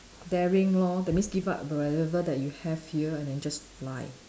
daring lor that means give up whatever that you have here and then just fly